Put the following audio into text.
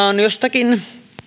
on joistakin